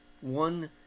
One